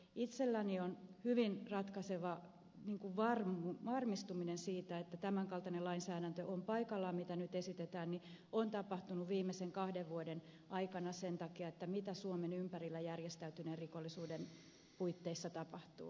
itselläni hyvin ratkaiseva varmistuminen siitä että tämän kaltainen lainsäädäntö on paikallaan mitä nyt esitetään on tapahtunut viimeisen kahden vuoden aikana sen takia mitä suomen ympärillä järjestäytyneen rikollisuuden puitteissa tapahtuu